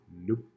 Nope